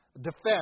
defense